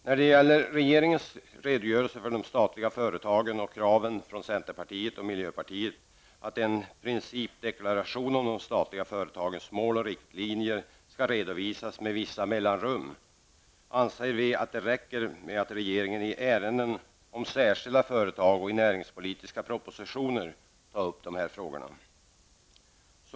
Vad så gäller regeringens redogörelse för de statliga företagen samt kraven från centerpartiet och miljöpartiet om att en principdeklaration om de statliga företagens mål och riktlinjer skall redovisas med vissa mellanrum, anser vi att det räcker med att regeringen i ärenden om särskilda företag och i näringspolitiska propositioner tar upp dessa frågor till behandling.